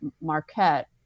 Marquette